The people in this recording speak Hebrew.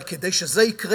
אבל כדי שזה יקרה,